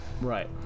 right